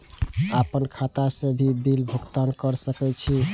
आपन खाता से भी बिल भुगतान कर सके छी?